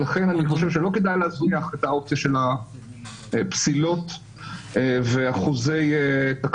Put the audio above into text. לכן אני חושב שלא כדאי להזניח את האופציה של הפסילות ואחוזי תקלות.